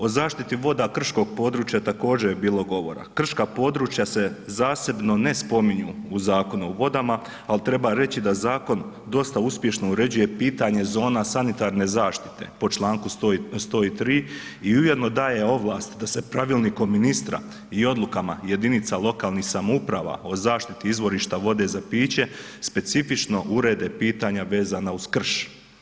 O zaštiti voda krškog područja također je bilo govora, krška područja se zasebno ne spominju u Zakonu o vodama, ali treba reći da zakon dosta uspješno uređuje pitanje zona sanitarne zaštite po Članku 103. i ujedno daje ovlast da se pravilnikom ministra i odlukama jedinica lokalnih samouprava o zaštiti izvorišta vode za piće specifično urede pitanja vezana uz krš.